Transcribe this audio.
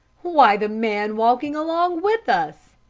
why, the man walking along with us!